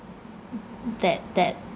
mm mm that that